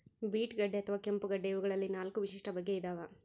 beet ಗಡ್ಡೆ ಅಥವಾ ಕೆಂಪುಗಡ್ಡೆ ಇವಗಳಲ್ಲಿ ನಾಲ್ಕು ವಿಶಿಷ್ಟ ಬಗೆ ಇದಾವ